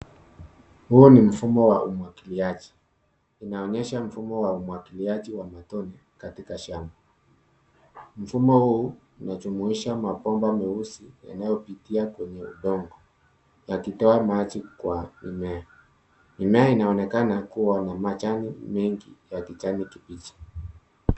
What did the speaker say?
Huu ni mfumo wa umwagiliaji. Inaonyesha mfumo wa umwagiliaji wa matone katika shamba. Mfumo huu unajumuisha mabomba meusi yanayopitia kwenye udongo, yakitoa maji kwa mimea. Mimea inaonekana kuwa na majani mengi ya kijani kibichi.